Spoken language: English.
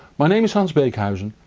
my name is hans beekhuyzen,